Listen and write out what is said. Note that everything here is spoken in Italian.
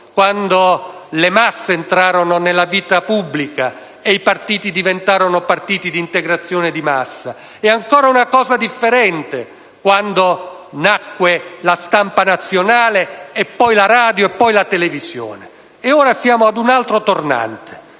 quando le masse entrarono nella vita pubblica e i partiti diventarono partiti di integrazione di massa; e si modificò ancora quando nacque la stampa nazionale, poi la radio e la televisione. Ora siamo ad un altro tornante,